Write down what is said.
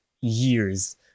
years